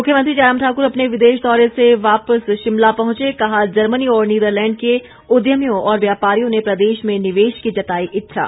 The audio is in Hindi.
मुख्यमंत्री जयराम ठाक्र अपने विदेश दौरे से वापस शिमला पहुंचे कहा जर्मनी और नीदरलैंड के उद्यमियों और व्यापारियों ने प्रदेश में निवेश की जताई इच्छा